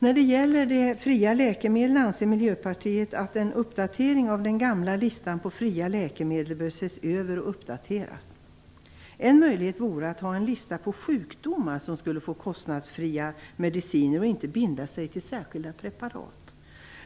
När det gäller de fria läkemedlen anser Miljöpartiet att en uppdatering av den gamla listan på fria läkemedel bör ses över och uppdateras. En möjlighet vore att ha en lista på sjukdomar som skulle få kostnadsfria mediciner och inte bindas till särskilda preparat.